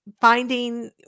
Finding